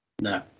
No